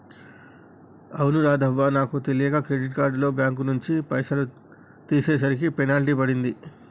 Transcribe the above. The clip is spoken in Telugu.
అవును రాధవ్వ నాకు తెలియక క్రెడిట్ కార్డుతో బ్యాంకు నుంచి పైసలు తీసేసరికి పెనాల్టీ పడింది